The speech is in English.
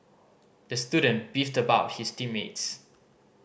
the student beefed about his team mates